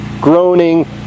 groaning